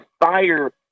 fire